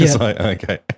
okay